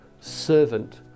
servant